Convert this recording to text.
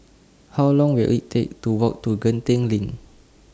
How Long Will IT Take to Walk to LINK